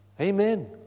Amen